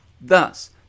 Thus